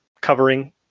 covering